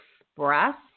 express